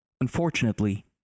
Unfortunately